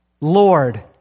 Lord